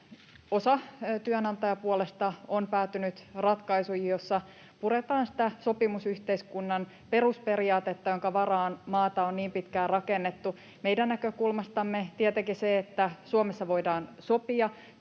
osa työnantajapuolesta on päätynyt ratkaisuihin, joissa puretaan sitä sopimusyhteiskunnan perusperiaatetta, jonka varaan maata on niin pitkään rakennettu. Meidän näkökulmastamme tietenkin se, että Suomessa voidaan sopia työnantaja-